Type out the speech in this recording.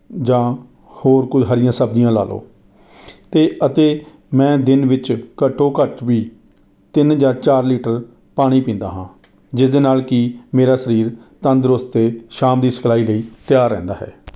ਜਾਂ ਹੋਰ ਕੋਈ ਹਰੀਆਂ ਸਬਜ਼ੀਆਂ ਲਾ ਲਉ ਅਤੇ ਅਤੇ ਮੈਂ ਦਿਨ ਵਿੱਚ ਘੱਟੋ ਘੱਟ ਵੀ ਤਿੰਨ ਜਾਂ ਚਾਰ ਲੀਟਰ ਪਾਣੀ ਪੀਂਦਾ ਹਾਂ ਜਿਸਦੇ ਨਾਲ ਕਿ ਮੇਰਾ ਸਰੀਰ ਤੰਦਰੁਸ਼ਤ ਅਤੇ ਸ਼ਾਮ ਦੀ ਸਿਖਲਾਈ ਲਈ ਤਿਆਰ ਰਹਿੰਦਾ ਹੈ